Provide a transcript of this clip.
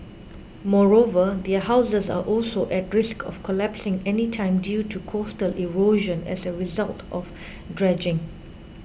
moreover their houses are also at risk of collapsing anytime due to coastal erosion as a result of dredging